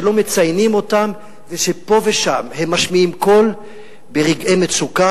שלא מציינים אותם ושפה ושם הם משמיעים קול ברגעי מצוקה.